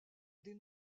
des